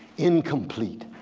incomplete,